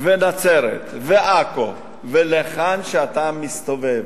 ונצרת ועכו, ולאן שאתה מסתובב.